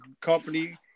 company